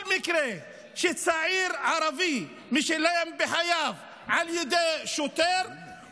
הוא ממהר לגבות כל מקרה שבו צעיר ערבי משלם בחייו על ידי שוטר.